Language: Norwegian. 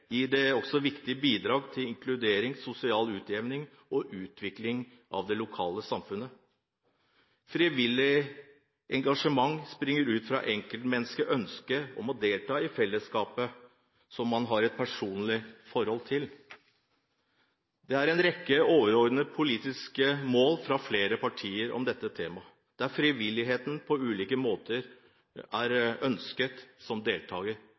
det også viktige bidrag til inkludering, sosial utjevning og utvikling av det lokale samfunnet. Frivillig engasjement springer ut fra enkeltmenneskers ønske om å delta i fellesskap som man har et personlig forhold til. Det er en rekke overordnede politiske mål fra flere partier om dette temaet, der frivilligheten på ulike måter er ønsket som